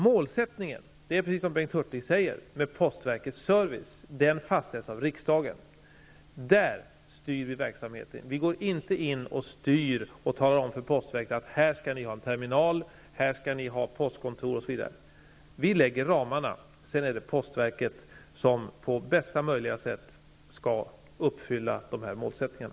Målsättningen för postverkets service fastställs av riksdagen, precis som Bengt Hurtig säger. Där styrs verksamheten. Vi går inte in och styr och talar om för postverket var man skall ha en terminal, ett postkontor osv. Vi lägger ramarna, och sedan är det postverket som på bästa möjliga sätt skall uppfylla målsättningarna.